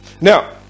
Now